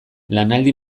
lanaldi